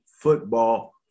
Football